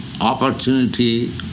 opportunity